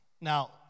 Now